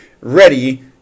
ready